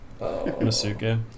Masuka